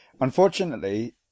Unfortunately